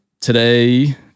Today